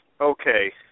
Okay